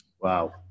Wow